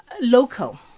local